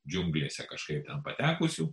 džiunglėse kažkaip ten patekusių